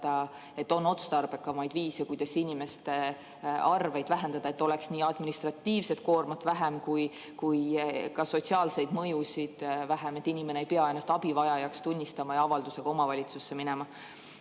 on otstarbekamaid viise, kuidas inimeste arveid vähendada, et oleks nii administratiivset koormat vähem kui ka sotsiaalseid mõjusid vähem, inimene ei peaks ennast abivajajaks tunnistama ja avaldusega omavalitsusse minema.